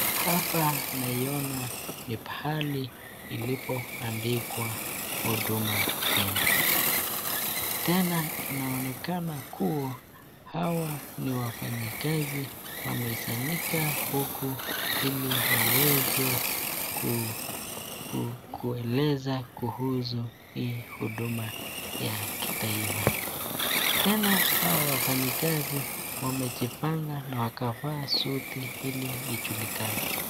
Hapa naiona ni pahali ilipoandikwa Huduma Kenya. Tena inaonekama kuwa hawa ni wafanyikazi wamesanyika huku ili waweze kueleza kuhusu hii huduma ya kitaifa. Tena hawa wafanyikazi wamejipanga na wakavaa suti ili ijulikane.